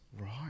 Right